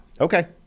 Okay